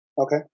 Okay